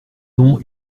ans